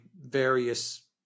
various